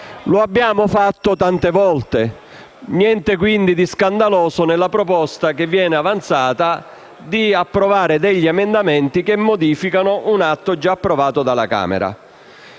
lo abbiamo fatto tante volte. Non vi è, quindi, nulla di scandaloso nella proposta che viene avanzata di approvare emendamenti che modificano un atto già approvato dalla Camera.